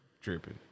Dripping